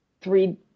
three